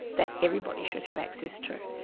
that everybody should have access to.